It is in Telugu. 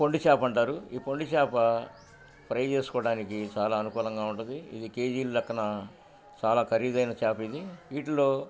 పొండి చేాప అంటారు ఈ పొండి చేాప ఫ్రై చేసుకోవడానికి చాలా అనుకూలంగా ఉంటది ఇది కేజీల లక్కన చాలా ఖరీదైన చాప ఇది వీటిలో